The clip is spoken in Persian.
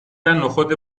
نخود